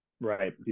Right